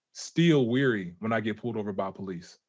still weary when i get pulled over by police.